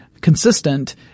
consistent